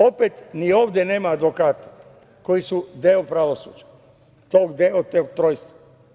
Opet ni ovde nema advokata koji su deo pravosuđa, deo tog trojstva.